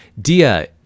Dia